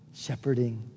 shepherding